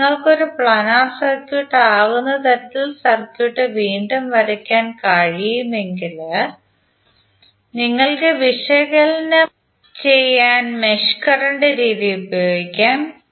എന്നാൽ നിങ്ങൾക്ക് ഒരു പ്ലാനർ സർക്യൂട്ട് ആകുന്ന തരത്തിൽ സർക്യൂട്ട് വീണ്ടും വരയ്ക്കാൻ കഴിയുമെങ്കിൽ നിങ്ങൾക്ക് വിശകലനം ചെയ്യാൻ മെഷ് കറന്റ് രീതി ഉപയോഗിക്കാം